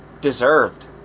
deserved